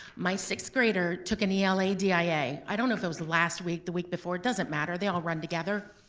my sixth grader took an e l a d i a. i don't know if it was the last week, the week before, it doesn't matter. they all run together,